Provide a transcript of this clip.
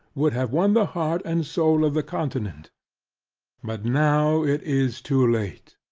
would have won the heart and soul of the continent but now it is too late,